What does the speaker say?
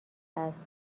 است